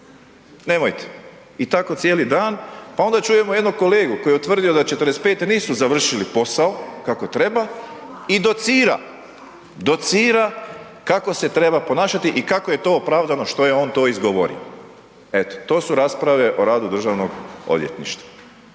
nemojte, i tako cijeli dan pa onda čujemo jednog kolegu koji je utvrdio da '45. nisu završili posao kako treba i docira, docira kako se treba ponašati i kako je to opravdano što je on to izgovorio. Eto to su rasprave o radu Državnog odvjetništva.